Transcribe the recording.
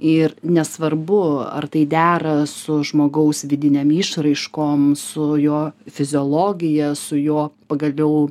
ir nesvarbu ar tai dera su žmogaus vidinėm išraiškom su jo fiziologija su jo pagaliau